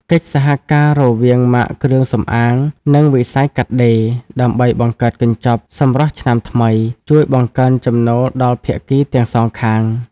កិច្ចសហការរវាងម៉ាកគ្រឿងសម្អាង និងវិស័យកាត់ដេរ ដើម្បីបង្កើតកញ្ចប់ "សម្រស់ឆ្នាំថ្មី" ជួយបង្កើនចំណូលដល់ភាគីទាំងសងខាង។